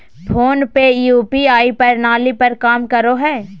phone पे UPI प्रणाली पर काम करो हय